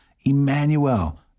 Emmanuel